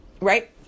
right